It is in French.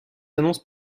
annonces